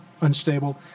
unstable